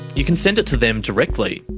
you can send it to them directly.